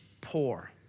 poor